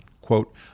Quote